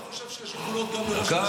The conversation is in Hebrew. אתה לא חושב שיש גבולות גם לראש ממשלה?